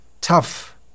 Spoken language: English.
tough